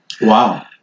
Wow